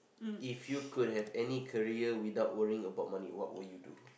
if you could have any career without worrying about money what will you do